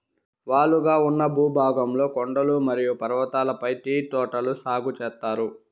వాలుగా ఉన్న భూభాగంలో కొండలు మరియు పర్వతాలపై టీ తోటలు సాగు చేత్తారు